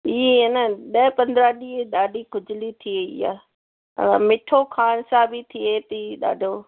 इअ आहे न ॾह पंद्रहं ॾींहं ॾाढी खुजली थी वई आहे त मिठो खाइण सां बि थिए थी ॾाढो